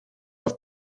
auf